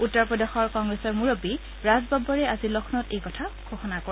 উত্তৰ প্ৰদেশৰ কংগ্ৰেছৰ মূৰববী ৰাজ বববৰে আজি লক্ষ্মৌত এই কথা ঘোষণা কৰে